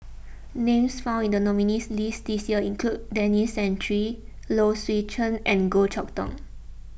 names found in the nominees' list this year include Denis Santry Low Swee Chen and Goh Chok Tong